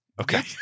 Okay